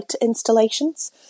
installations